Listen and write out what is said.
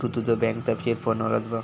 तु तुझो बँक तपशील फोनवरच बघ